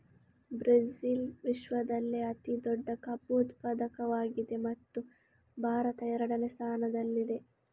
Brazil ವಿಶ್ವದಲ್ಲೇ ಅತಿ ದೊಡ್ಡ ಕಬ್ಬು ಉತ್ಪಾದಕವಾಗಿದೆ ಮತ್ತು ಭಾರತ ಎರಡನೇ ಸ್ಥಾನದಲ್ಲಿದೆ